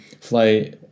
fly